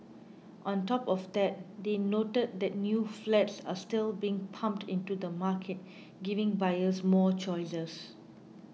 on top of that they noted that new flats are still being pumped into the market giving buyers more choices